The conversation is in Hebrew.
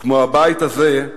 כמו הבית הזה,